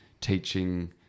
teaching